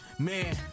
man